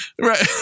Right